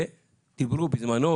דיברנו בזמנו,